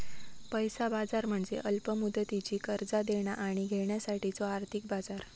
पैसा बाजार म्हणजे अल्प मुदतीची कर्जा देणा आणि घेण्यासाठीचो आर्थिक बाजार